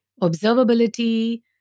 observability